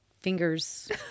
fingers